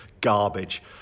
garbage